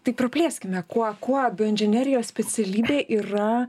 tai praplėskime kuo kuo bioinžinerijos specialybė yra